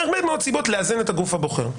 מהרבה מאוד סיבות צריך לאזן את הגוף הבוחר.